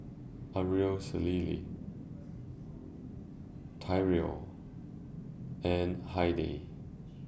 Araceli Tyrell and Heidi